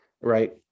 right